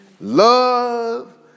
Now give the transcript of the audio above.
love